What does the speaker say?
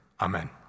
Amen